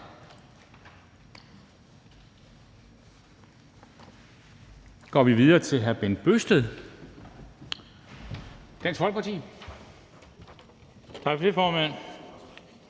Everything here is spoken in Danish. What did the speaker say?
går vi videre til hr. Bent Bøgsted, Dansk Folkeparti. Kl. 11:18 (Ordfører)